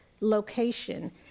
location